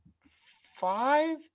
five